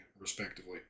respectively